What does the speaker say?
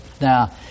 Now